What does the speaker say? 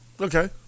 okay